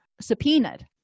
subpoenaed